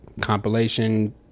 compilation